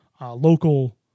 local